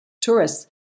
tourists